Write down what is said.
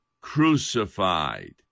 crucified